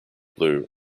blue